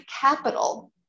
capital